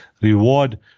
reward